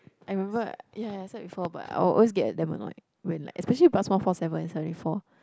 I remember ya I said before but I will always get damn annoyed when like especially bus one four seven and seventy four